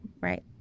Right